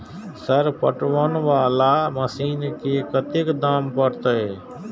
Sir पटवन वाला machine के कतेक दाम परतें?